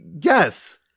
Yes